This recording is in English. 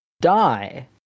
die